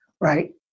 right